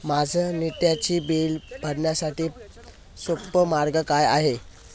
माझी नित्याची बिले भरण्यासाठी सोपा मार्ग काय आहे?